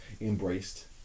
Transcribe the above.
embraced